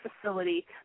facility